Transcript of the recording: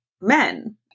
men